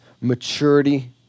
maturity